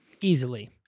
Easily